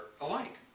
alike